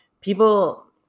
people